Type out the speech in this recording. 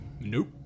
Nope